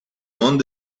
one